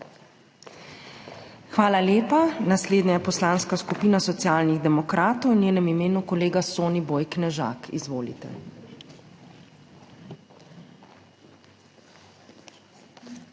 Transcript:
Hvala lepa. Naslednja je Poslanska skupina Socialnih demokratov, v njenem imenu kolega Soniboj Knežak. Izvolite.